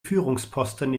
führungsposten